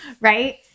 right